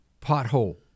pothole